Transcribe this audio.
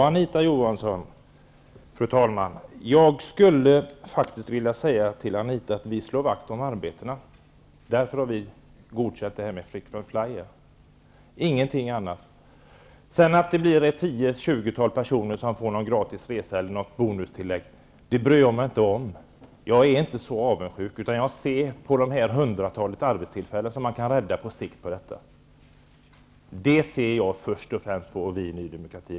Fru talman! Jag skulle faktiskt vilja säga till Anita Johansson att vi slår vakt om arbetena. Det är därför vi har godkänt det här med frequent flyer. Det beror inte på något annat. Att det sedan blir 10--20 personer som får en gratis resa eller något bonustillägg bryr jag mig inte om. Jag är inte så avundsjuk. Jag ser det hundratal arbetstillfällen som man kan rädda på sikt med detta. Det är vad vi i Ny demokrati ser till först och främst.